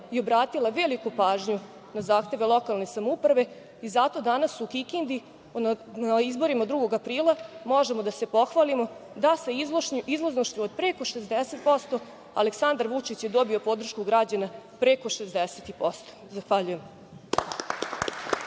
i obratila veliku pažnju na zahteve lokalne samouprave i zato danas u Kikindi na izborima koji su održani 2. aprila možemo da se pohvalimo izlaznošću od preko 60%, gde je Aleksandar Vučić dobio podršku građana preko 60%. Zahvaljujem.